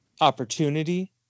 opportunity